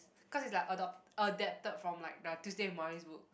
cause is like adopt adapted from like the Tuesday with Morrie book